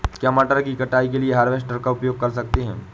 क्या मटर की कटाई के लिए हार्वेस्टर का उपयोग कर सकते हैं?